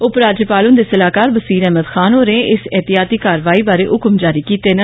उपराज्यपाल हन्दे सलाहकार बसीर अहमद खान होरें इस एहतियाती कारवाई बारै हक्म जारी कीता ऐ